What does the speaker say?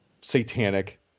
satanic